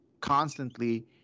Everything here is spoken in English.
constantly